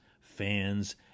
fans